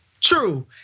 true